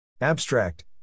Abstract